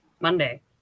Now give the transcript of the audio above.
Monday